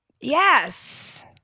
Yes